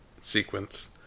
sequence